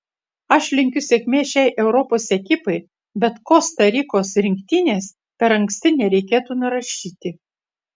aš linkiu sėkmės šiai europos ekipai bet kosta rikos rinktinės per anksti nereikėtų nurašyti